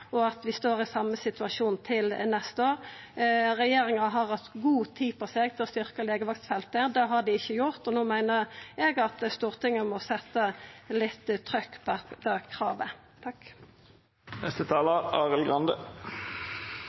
og at vi står i den same situasjonen til neste år. Regjeringa har hatt god tid på seg til å styrkja legevaktfeltet. Det har dei ikkje gjort, og no meiner eg at Stortinget må setja litt trykk bak dette kravet.